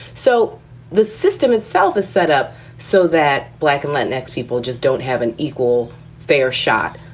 so the system itself is set up so that black and latin x people just don't have an equal fair shot.